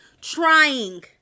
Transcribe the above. trying